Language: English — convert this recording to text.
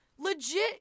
Legit